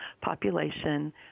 population